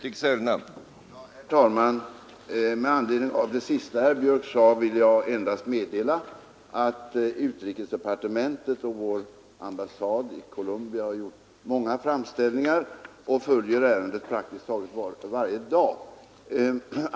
Herr talman! Med anledning av det sista som herr Björck i Nässjö sade vill jag endast meddela, att utrikesdepartementet och vår ambassad i syn på inskränkningarna i rätten för judar att lämna Sovjet Colombia har gjort många framställningar och följer ärendet praktiskt taget varje dag.